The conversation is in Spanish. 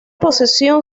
procesión